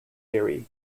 theory